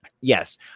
yes